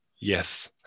Yes